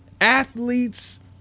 athletes